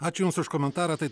ačiū jums už komentarą tai